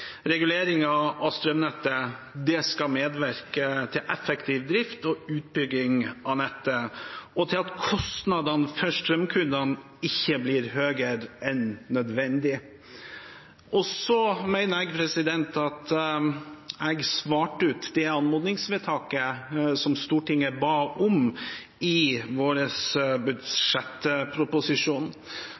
Regulering av strømnettet skal medvirke til effektiv drift og utbygging av nettet, og til at kostnadene for strømkundene ikke blir høyere enn nødvendig. Så mener jeg at jeg svarte ut det som Stortinget gjennom anmodningsvedtaket ba om, i vår budsjettproposisjon.